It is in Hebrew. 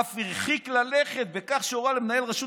אף הרחיק ללכת בכך שהורה למנהל רשות